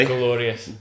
glorious